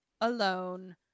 alone